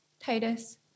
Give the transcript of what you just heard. Titus